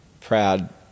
proud